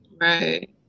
right